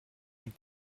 avec